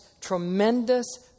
tremendous